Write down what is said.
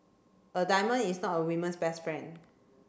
a diamond is not a women's best friend